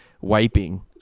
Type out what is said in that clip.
wiping